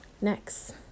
Next